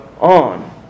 on